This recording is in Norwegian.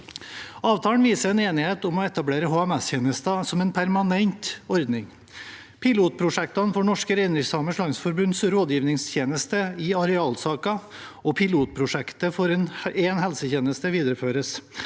Avtalen viser en enighet om å etablere HMS-tjenesten som en permanent ordning. Pilotprosjektene for Norske Reindriftsamers Landsforbunds rådgivningstjeneste i arealsaker og pilotprosjektet for en helsetjeneste for rein